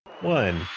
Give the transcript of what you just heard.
one